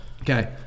Okay